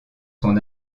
son